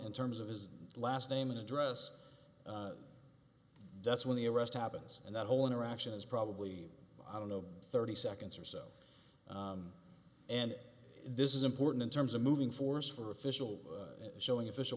in terms of his last name and address that's when the arrest happens and that whole interaction is probably i don't know thirty seconds or so and this is important in terms of moving force for official showing